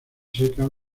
seca